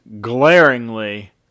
glaringly